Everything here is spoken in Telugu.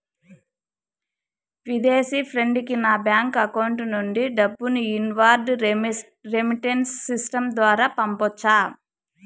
విదేశీ ఫ్రెండ్ కి నా బ్యాంకు అకౌంట్ నుండి డబ్బును ఇన్వార్డ్ రెమిట్టెన్స్ సిస్టం ద్వారా పంపొచ్చా?